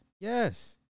Yes